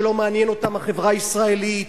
שלא מעניינת אותם החברה הישראלית,